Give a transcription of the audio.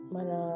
Mana